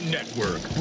Network